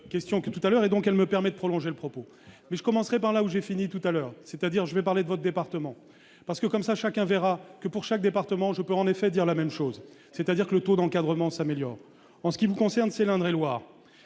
question que tout à l'heure, et donc elle me permet de prolonger le propos mais je commencerai par là où j'ai fini tout à l'heure, c'est-à-dire je vais parler de votre département, parce que comme ça, chacun verra que pour chaque département je peut en effet dire la même chose, c'est-à-dire que le taux d'encadrement s'améliorer en ce qui me concerne c'est l'Indre-et-Loire